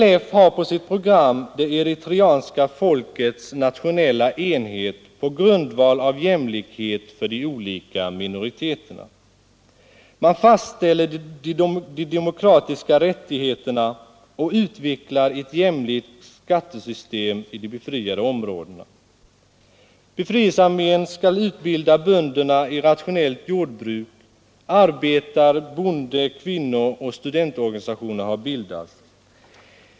ELF har på sitt program det eritreanska folkets nationella enhet på grundval av jämlikhet för de olika minoriteterna. Man fastställer de demokratiska rättigheterna och utvecklar ett jämlikt skattesystem i de befriade områdena. Befrielsearmén skall utbilda bönderna i rationellt jordbruk. Arbetar-, bonde-, kvinnooch studentorganisationer har bildats.